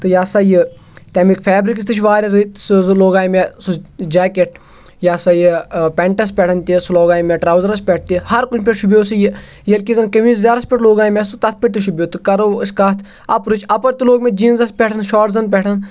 تہٕ یہِ ہسا یہِ تَمیُک فیٚبرِکٕس تہِ چھِ واریاہ رٕتۍ سُہ لوٚگ مےٚ سُہ جیکٹ یہِ ہسا یہِ پینٹَس پؠٹھ تہِ سُہ لوٚگ مےٚ ٹَرٛاوزَرَس پؠٹھ تہِ ہَر کُنہِ پؠٹھ شُبیٚوو سُہ یہِ یہِ کہِ زَن قمیٖض یِزارَس پؠٹھ لاگیٛاے مےٚ سُہ تَتھ پؠٹھ تہِ شوٗبیٚو تہٕ کَرو أسۍ کَتھ اَپرٕچ اَپَر تہِ لوٚگ مےٚ جیٖنٕزَس پٮ۪ٹَھ شاٹزَن پؠٹھ